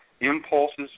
impulses